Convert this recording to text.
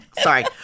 Sorry